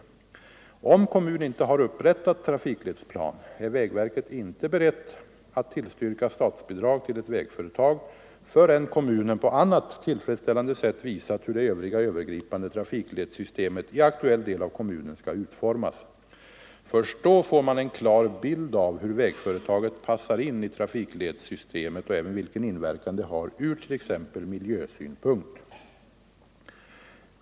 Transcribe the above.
Tisdagen den Om kommun inte har upprättat trafikledsplan är vägverket inte berett = 26 november 1974 att tillstyrka statsbidrag till ett vägföretag, förrän kommunen på annat I tillfredsställande sätt visat hur det övriga övergripande trafikledssystemet = Ang. villkoren för i aktuell del av kommunen skall utformas. Först då får man en klar = statsbidrag till vägar bild av hur vägföretaget passar in i trafikledssystemet och även vilken = och gator inverkan det har ur t.ex. miljösynpunkt.